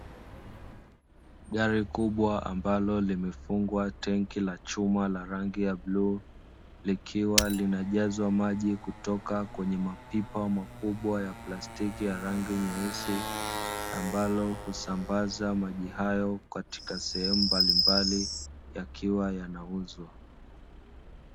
Gari kubwa ambalo limefungwa tanki ya chuma ya rangi ya bluu, likiwa linajaza maji kutoka kwenye mapipa makubwa ya plastiki ya rangi nyeusi, ambalo usambaza maji hayo katika sehemu mbalimbali yakiwa yanauzwa.